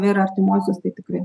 ir artimuosius tai tikrai